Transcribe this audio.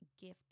gift